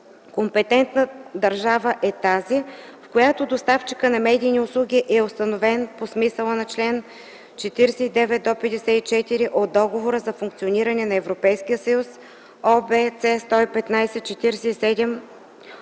компетентна държава е тази, в която доставчикът на медийни услуги е установен по смисъла на чл. 49-54 от Договора за пенсионирането на Европейския съюз (ОВ,С 115/47